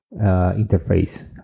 interface